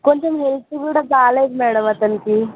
కొంచం హెల్త్ కూడా బాలేదు మ్యాడమ్ అతనికి